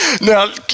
Now